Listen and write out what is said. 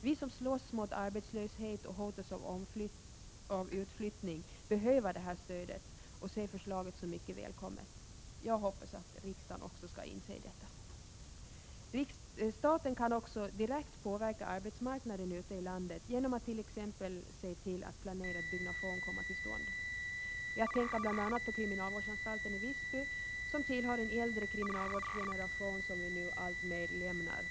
Vi som slåss mot arbetslöshet och hotas av utflyttning behöver det här stödet och ser förslaget som mycket välkommet. Jag hoppas att också riksdagen skall inse detta. Staten kan också direkt påverka arbetsmarknaden ute i landet genom att t.ex. se till att planerad byggnation kommer till stånd. Jag tänker bl.a. på kriminalvårdsanstalten i Visby, som tillhör den äldre kriminalvårdsgeneration som vi nu alltmer lämnar.